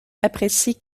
apprécient